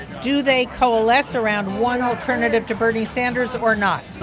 do they coalesce around one alternative to bernie sanders or not?